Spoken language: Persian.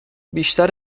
بیشتر